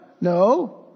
no